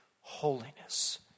holiness